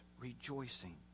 rejoicing